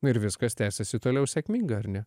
ir viskas tęsiasi toliau sėkmingai ar ne